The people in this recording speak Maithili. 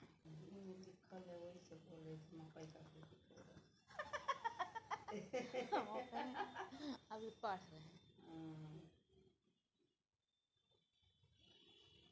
मकई के खेती केना सी मौसम मे उचित रहतय?